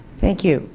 thank you.